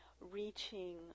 reaching